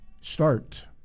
start